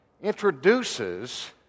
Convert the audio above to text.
introduces